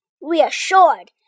reassured